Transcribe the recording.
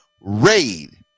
raid